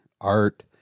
art